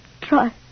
try